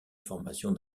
formation